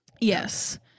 Yes